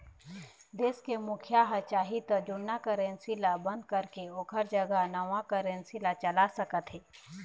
देश के मुखिया ह चाही त जुन्ना करेंसी ल बंद करके ओखर जघा म नवा करेंसी ला चला सकत हे